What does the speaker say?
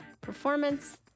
performance